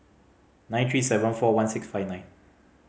nine three seven four one six five nine